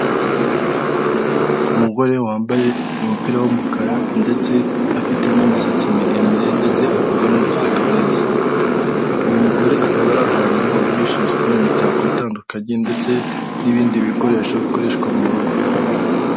Umugore wambaye umupira w'umukara ndetse afite n'imisatsi miremire ndetse akaba ari no guseka neza, uyu mugore akaba ari ahantu hagurishirizwa imitako itandukanye ndetse n'ibindi bikoresho bikoreshwa mu rugo.